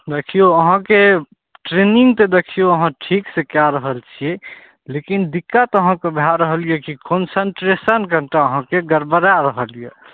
देखियो अहाँके ट्रेनिंग तऽ देखियौ अहाँ ठीकसँ कए रहल छियै लेकिन दिक्कत अहाँके भए रहल यऽ कि कन्सन्ट्रेशन कनि टा अहाँके गड़बड़ा रहल यऽ